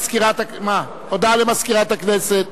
הודעה למזכירת הכנסת.